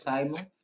Simon